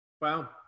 Wow